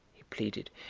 he pleaded,